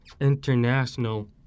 international